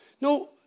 No